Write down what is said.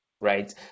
right